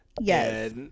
Yes